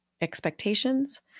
expectations